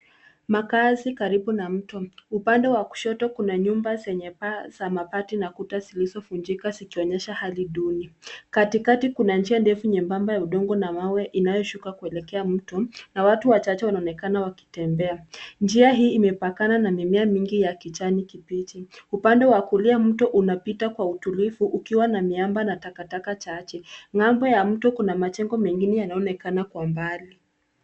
Makazi karibu na mto. Upande wa kushoto kuna nyumba zenye paa za mabati na kuta zilizovunjika zikionyesha hali duni. Katikati kuna njia ndefu ya udongo na mawe inayoshuka kuelekea mto na watu wachache wanaonekana wakitembea. Njia hii inapakana na mimea mingi ya kijani kibichi. Upande wa kulia mto unapita kwa utulivu ukiwa na miamba na takataka chache. Ng'ambo ya mto kuna majengo mengine yanaonekana kwa mbali.